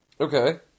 Okay